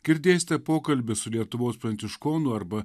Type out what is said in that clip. girdėsite pokalbį su lietuvos pranciškonų arba